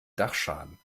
dachschaden